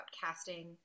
casting